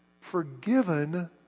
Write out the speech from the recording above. forgiven